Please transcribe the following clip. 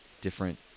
different